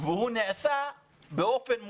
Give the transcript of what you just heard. והוא נעשה באופן מודע.